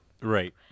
Right